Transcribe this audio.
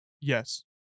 yes